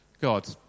God